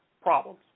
problems